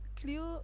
clear